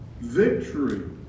victory